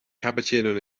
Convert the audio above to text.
cappuccino